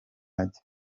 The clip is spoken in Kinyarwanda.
ajya